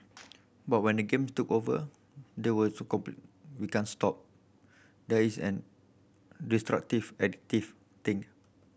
but when the game took over they were so we can't stop there is an destructive addictive thing